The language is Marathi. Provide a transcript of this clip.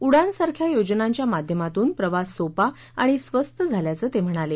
उडान सारख्या योजनांच्या माध्यमातून प्रवास सोपा आणि स्वस्त झाल्याचं ते म्हणाले